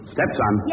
Stepson